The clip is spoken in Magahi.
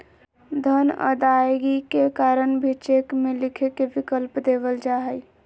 धन अदायगी के कारण भी चेक में लिखे के विकल्प देवल जा हइ